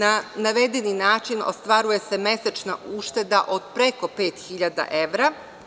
Na navedeni način ostvaruje se mesečna ušteda od preko 5.000 evra.